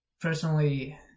Personally